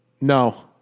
no